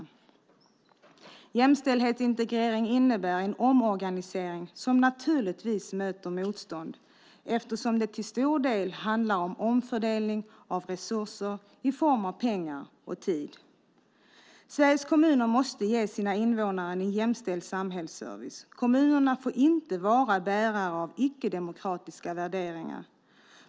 Jämställdhetsintegrering innebär en omorganisering som naturligtvis möter motstånd eftersom det till stor del handlar om omfördelning av resurser i form av pengar och tid. Sveriges kommuner måste ge sina invånare en jämställd samhällsservice. Kommunerna får inte vara bärare av icke-demokratiska värderingar.